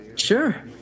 Sure